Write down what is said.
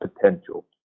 potential